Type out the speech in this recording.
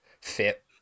fit